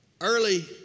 early